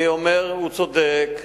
אני אומר: הוא צודק.